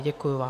Děkuji vám.